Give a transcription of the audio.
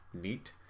Neat